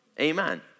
Amen